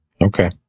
Okay